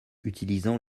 utilisant